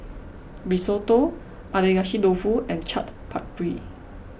Risotto Agedashi Dofu and Chaat Papri